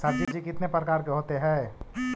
सब्जी कितने प्रकार के होते है?